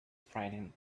frightened